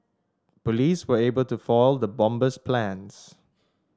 police were able to foil the bomber's plans